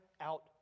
out